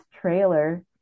trailer